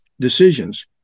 decisions